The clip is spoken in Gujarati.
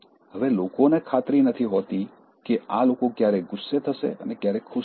હવે લોકોને ખાતરી નથી હોતી કે આ લોકો ક્યારે ગુસ્સે થશે અને ક્યારે ખુશ થશે